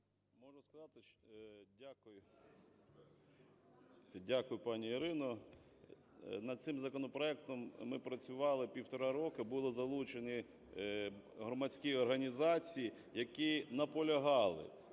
М.Ю. Дякую, пані Ірино. Над цим законопроектом ми працювали півтора роки. Були залучені громадські організації, які наполягали,